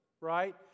right